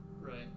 right